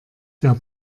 der